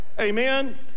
Amen